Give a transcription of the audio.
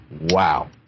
wow